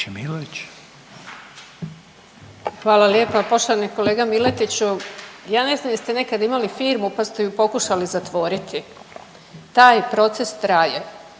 Hvala lijepa. Poštovani kolega Miletiću. Ja ne znam jeste li nekad imali firmu pa ste ju pokušali zatvoriti, taj proces traje